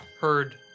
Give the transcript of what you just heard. heard